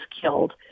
killed